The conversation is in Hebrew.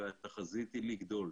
והתחזית היא לגדול.